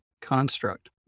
construct